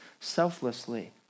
selflessly